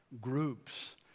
groups